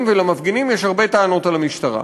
ולמפגינים הרבה טענות כלפי המשטרה,